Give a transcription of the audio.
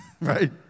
Right